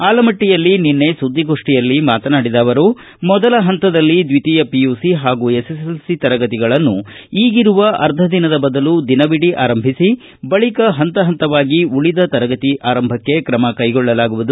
ಆಲಮಟ್ಟಯಲ್ಲಿ ನಿನ್ನೆ ಸುದ್ದಿಗೋಷ್ಠಿಯಲ್ಲಿ ಮಾತನಾಡಿದ ಅವರು ಮೊದಲ ಹಂತದಲ್ಲಿ ದ್ವಿತೀಯ ಪಿಯುಸಿ ಹಾಗೂ ಎಸ್ಎಸ್ಎಲ್ಸಿ ತರಗತಿಗಳನ್ನು ಈಗಿರುವ ಅರ್ಧ ದಿನದ ಬದಲು ದಿನವಿಡಿ ಆರಂಭಿಸಿ ಬಳಿಕ ಹಂತ ಹಂತವಾಗಿ ಉಳಿದ ತರಗತಿ ಆರಂಭಕ್ಷೆ ಕ್ರಮ ಕೈಗೊಳ್ಳಲಾಗುವುದು